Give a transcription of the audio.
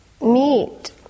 meet